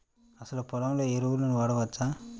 అసలు పొలంలో ఎరువులను వాడవచ్చా?